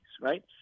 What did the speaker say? right